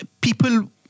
people